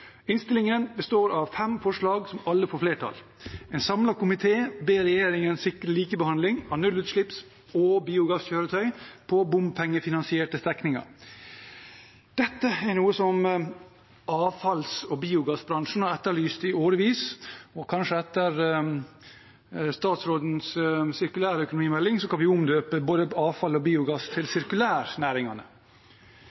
Innstillingen består av fem forslag som alle får flertall. En samlet komité ber regjeringen sikre likebehandling av nullutslipps- og biogasskjøretøy på bompengefinansierte strekninger. Dette er noe som avfalls- og biogassbransjen har etterlyst i årevis, og etter statsrådens sirkulærøkonomimelding kan vi kanskje omdøpe både avfall og biogass til